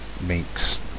makes